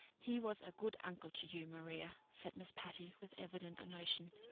he was a good uncle to you, maria, said miss patty, with evident emotion.